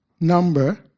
number